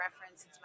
reference